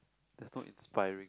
that's not inspiring